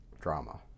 drama